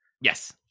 Yes